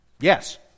Yes